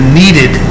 needed